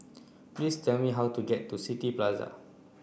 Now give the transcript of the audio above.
please tell me how to get to City Plaza